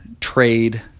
trade